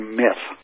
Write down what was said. myth